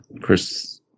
Chris